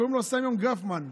קוראים לו סמיון גרפמן,